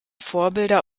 vorbilder